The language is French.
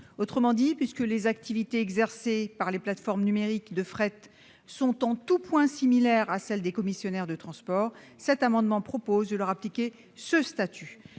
Autrement dit, puisque les activités exercées par les plateformes numériques de fret sont en tout point similaires à celles des commissionnaires de transport, cet amendement vise à leur appliquer ce statut.